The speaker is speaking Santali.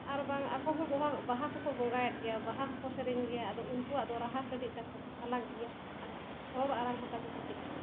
ᱟᱨ ᱵᱟᱝ ᱟᱠᱚ ᱦᱚᱸ ᱵᱟᱝ ᱵᱟᱦᱟ ᱠᱚᱠᱚ ᱵᱚᱸᱜᱟᱭᱮᱫ ᱜᱮᱭᱟ ᱵᱟᱦᱟ ᱦᱚᱸᱠᱚ ᱥᱮᱨᱮᱧ ᱜᱮᱭᱟ ᱟᱫᱚ ᱩᱱᱠᱩᱣᱟᱜ ᱫᱚ ᱨᱟᱦᱟ ᱠᱟᱹᱴᱤᱡ ᱛᱟᱠᱚ ᱟᱞᱟᱠ ᱜᱮᱭᱟ ᱟᱨ ᱨᱚᱲ ᱟᱲᱟᱝ ᱦᱚᱸ ᱛᱟᱠᱚ ᱠᱟᱹᱴᱤᱡ